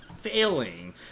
failing